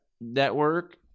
network